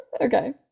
okay